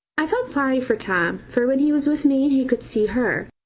i felt sorry for tom, for when he was with me he could see her,